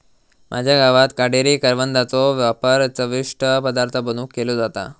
माझ्या गावात काटेरी करवंदाचो वापर चविष्ट पदार्थ बनवुक केलो जाता